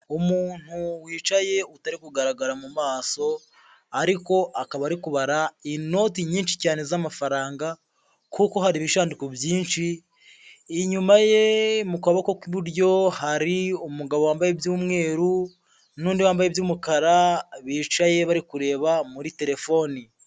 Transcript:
Umuntu wicaye utari kugaragara mu maso ariko akaba ari kubara inoti nyinshi cyane z'amafaranga kuko hari ibishandiko byinshi, inyuma ye mu kaboko k'iburyo hari umugabo wambaye iby'umweru n'undi wambaye iby'umukara bicaye bari kureba muri telefone.